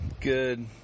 good